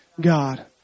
God